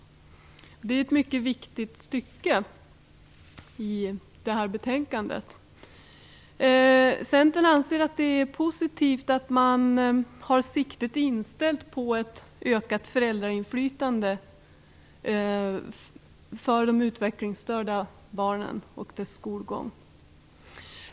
Det är ett mycket viktigt stycke i betänkandet. Centern anser att det är positivt att man har siktet inställt på ett ökat föräldrainflytande när det gäller de utvecklingsstörda barnen och deras skolgång.